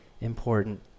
important